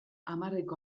hamarreko